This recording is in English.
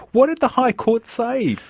what did the high court say?